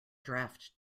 draft